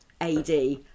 AD